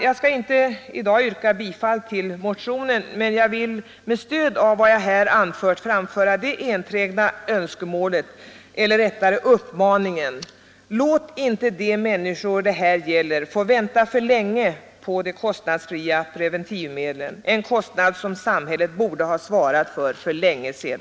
Jag skall i dag inte yrka bifall till motionen, men jag vill med stöd av vad jag här anfört framföra den enträgna uppmaningen: Låt inte de människor det här gäller få vänta för länge på de kostnadsfria preventivmedlen — en kostnad som samhället för länge sedan borde ha svarat för.